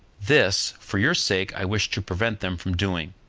this, for your sake i wish to prevent them from doing,